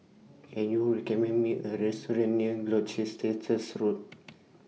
Can YOU recommend Me A Restaurant near Gloucester Road